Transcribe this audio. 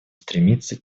стремится